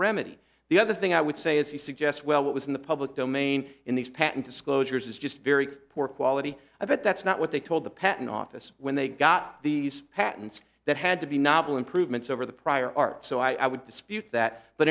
remedy the other thing i would say is you suggest well what was in the public domain in these patent disclosures is just very poor quality but that's not what they told the patent office when they got these patents that had to be novel improvements over the prior art so i would dispute that but